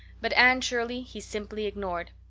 but anne shirley he simply ignored,